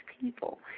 people